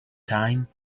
time